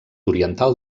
oriental